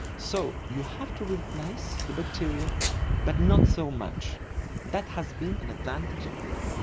so you have to recognise the bacteria but not so much that has been an advantage in europe.